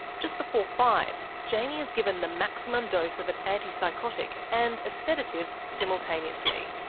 just before five, jaimie is given the maximum dose of an antipsychotic and a sedative simultaneously,